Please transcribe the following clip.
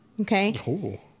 Okay